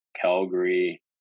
Calgary